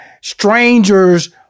strangers